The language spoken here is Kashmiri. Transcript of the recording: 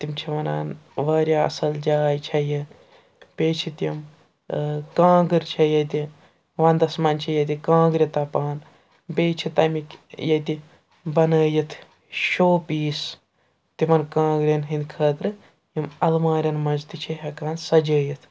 تِم چھِ وَنان واریاہ اَصل جاے چھےٚ یہِ بیٚیہِ چھِ تِم کانٛگٕر چھےٚ ییٚتہِ وَندَس مَنٛز چھِ ییٚتہِ کانٛگرِ تَپان بیٚیہِ چھِ تَمِکۍ ییٚتہِ بَنٲیِتھ شو پیٖس تِمَن کانٛگرٮ۪ن ہِنٛدِ خٲطرٕ یِم اَلمارٮ۪ن مَنٛز تہِ چھِ ہٮ۪کان سَجٲیِتھ